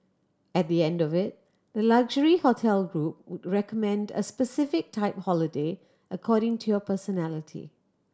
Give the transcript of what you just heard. at the end of it the luxury hotel group would recommend a specific type holiday according to your personality